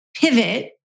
Pivot